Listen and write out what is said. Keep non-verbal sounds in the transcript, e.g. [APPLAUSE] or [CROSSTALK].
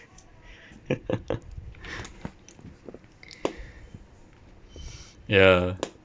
[LAUGHS] ya